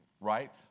right